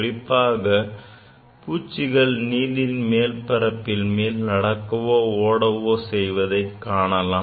குறிப்பாக பூச்சிகள் நீரின் மேற்பரப்பின் மேல் நடக்கவோ ஓடவோ செய்வதைக் காணலாம்